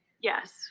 yes